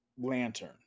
lantern